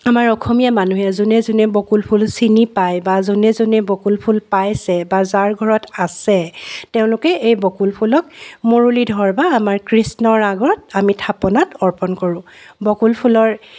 আমাৰ অসমীয়া মানুহে যোনে যোনে বকুল ফুল চিনি পাই বা যোনে যোনে বকুল ফুল পাইছে বা যাৰ ঘৰত আছে তেওঁলোকে এই বকুল ফুলক মুৰুলীধৰ বা আমাৰ কৃষ্ণৰ আগত আমি থাপনাত অৰ্পণ কৰো বকুল ফুলৰ